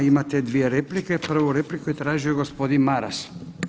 Imate dvije replike, prvu repliku je tražio gospodin Maras.